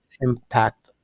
impact